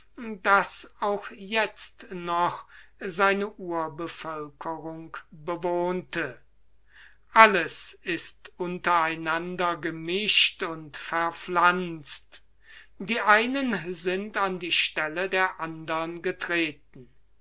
das auch jetzt noch seine urbevölkerung bewohnte alles ist unter einander gemischt und verpflanzt die einen sind an die stelle der andern getreten